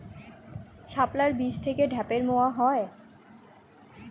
শাপলার বীজ থেকে ঢ্যাপের মোয়া হয়?